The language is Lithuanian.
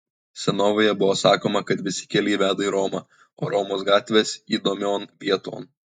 senovėje buvo sakoma kad visi keliai veda į romą o romos gatvės įdomion vieton